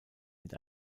mit